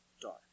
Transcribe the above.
dark